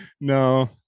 no